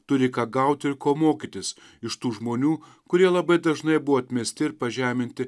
turi ką gauti ir ko mokytis iš tų žmonių kurie labai dažnai buvo atmesti ir pažeminti